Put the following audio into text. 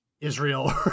Israel